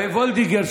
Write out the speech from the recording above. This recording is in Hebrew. וולדיגר,